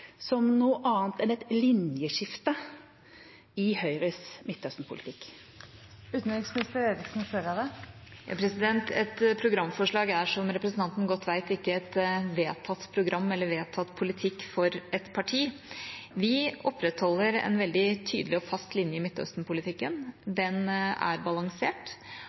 som noe annet enn et linjeskifte i Høyres Midtøsten-politikk? Et programforslag er, som representanten godt vet, ikke et vedtatt program eller en vedtatt politikk for et parti. Vi opprettholder en veldig tydelig og fast linje i Midtøsten-politikken. Den er balansert,